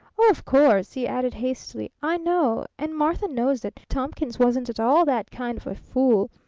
of course, he added hastily, i know, and martha knows that thomkins wasn't at all that kind of a fool.